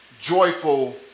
joyful